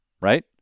right